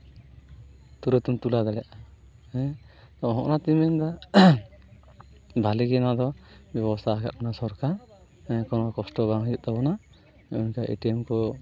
ᱛᱩᱨᱟᱹᱛᱮᱢ ᱛᱩᱞᱟᱹᱣ ᱫᱟᱲᱭᱟᱜᱼᱟ ᱦᱮᱸ ᱛᱚ ᱦᱚᱸᱜᱼᱚ ᱱᱚᱣᱟ ᱛᱮ ᱤᱧᱫᱩᱧ ᱢᱮᱱᱫᱟ ᱵᱷᱟᱹᱞᱤ ᱜᱮ ᱱᱚᱣᱟ ᱫᱚ ᱵᱮᱵᱚᱥᱛᱟ ᱦᱩᱭᱩᱜ ᱠᱟᱱᱟ ᱥᱚᱨᱠᱟᱨ ᱦᱮᱸ ᱠᱚᱱᱳ ᱠᱚᱥᱴᱚ ᱵᱟᱝ ᱦᱩᱭᱩᱜ ᱛᱟᱵᱚᱱᱟ ᱱᱚᱜᱼᱚ ᱱᱚᱝᱠᱟ ᱮᱴᱤᱭᱮᱢ ᱠᱚ